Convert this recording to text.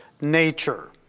nature